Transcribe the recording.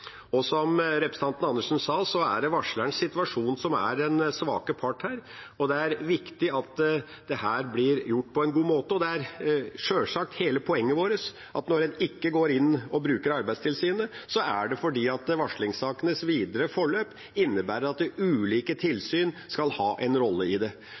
som er den svake part her, og det er viktig at dette blir gjort på en god måte. Det er sjølsagt hele vårt poeng at når en ikke går inn og bruker Arbeidstilsynet, er det fordi varslingssakenes videre forløp innebærer at ulike tilsyn skal ha en rolle i det.